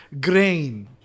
grain